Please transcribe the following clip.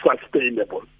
sustainable